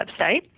website